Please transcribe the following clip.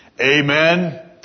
Amen